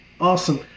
Awesome